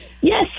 Yes